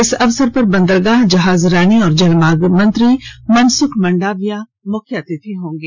इस अवसर पर बंदरगाह जहाजरानी और जलमार्ग मंत्री मनसुख मांडविया मुख्य अतिथि होंगे